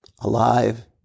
alive